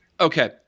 Okay